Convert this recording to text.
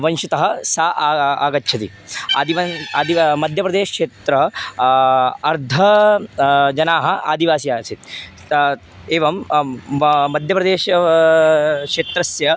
वंशतः सा आगच्छति आदिवासी आदिवासी मध्यप्रदेशक्षेत्रम् अर्ध जनाः आदिवासी आसीत् एवं वा मध्यप्रदेशं क्षेत्रस्य